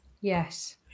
yes